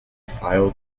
file